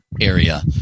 area